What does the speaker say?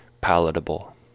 palatable